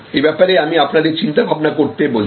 এ ব্যাপারে আমি আপনাদের চিন্তা ভাবনা করতে বলছি